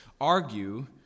argue